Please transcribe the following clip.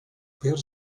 per